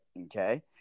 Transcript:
Okay